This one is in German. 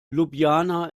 ljubljana